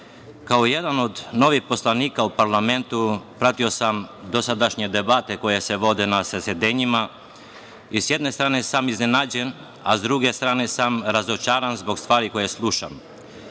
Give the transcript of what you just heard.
dan. Kao jedan od novih poslanika u parlamentu pratio sam dosadašnje debate koje se vode na zasedanjima i s jedne strane sam iznenađen, a s druge strane sam razočaran zbog stvari koje slušam